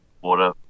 water